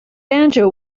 banjo